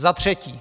Za třetí.